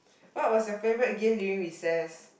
what was your favorite game during recess